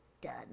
done